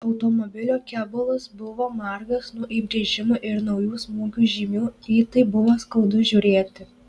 automobilio kėbulas buvo margas nuo įbrėžimų ir naujų smūgių žymių į tai buvo skaudu žiūrėti